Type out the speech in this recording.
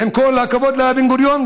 ועם כל הכבוד לבן-גוריון,